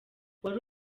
wari